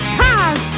cars